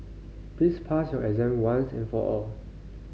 please pass your exam once and for all